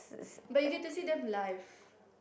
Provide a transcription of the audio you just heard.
but you get to see them live